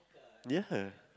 ya